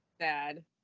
sad